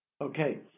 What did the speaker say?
Okay